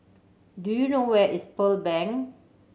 do you know where is Pearl Bank